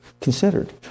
considered